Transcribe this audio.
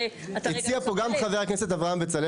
הציע פה גם חבר הכנסת אברהם בצלצל,